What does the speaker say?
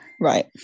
right